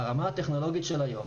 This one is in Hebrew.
ברמה הטכנולוגית של היום,